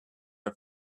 are